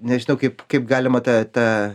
nežinau kaip kaip galima tą tą